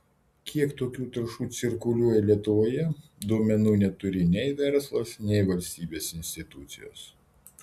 kiek tokių trąšų cirkuliuoja lietuvoje duomenų neturi nei verslas nei valstybės institucijos